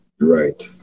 right